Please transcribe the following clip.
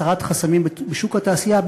הסרת חסמים בשוק התעשייה,